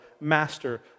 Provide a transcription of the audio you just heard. Master